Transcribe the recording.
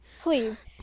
Please